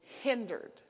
hindered